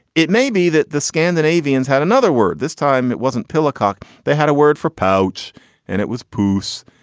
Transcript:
it may be that the scandinavians had another another word this time it wasn't pyl acok. they had a word for pouch and it was poofs.